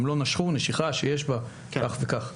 הם לא נשכו נשיכה שיש בה כך וכך.